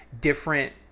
different